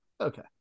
Okay